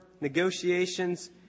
negotiations